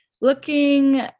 Looking